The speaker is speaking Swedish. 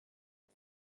det